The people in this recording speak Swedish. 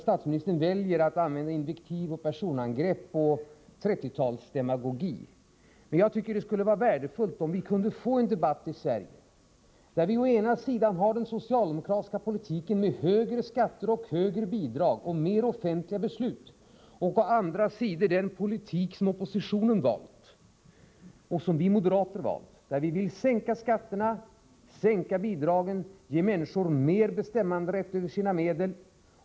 Statsministern väljer att använda invektiv, personangrepp och trettiotalsdemagogi. Men jag tycker att det skulle vara värdefullt om vi i Sverige kunde få en debatt där vi å ena sidan har den socialdemokratiska politiken med högre skatter, högre bidrag och mer offentliga beslut, och å andra sidan den politik som oppositionen valt — och som vi moderater valt: Vi vill sänka skatterna, sänka bidragen och ge människor mer bestämmanderätt över sina medel.